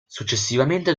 successivamente